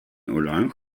orange